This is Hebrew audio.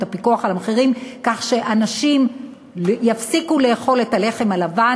הפיקוח על המחירים כך שאנשים יפסיקו לאכול את הלחם הלבן.